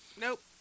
Nope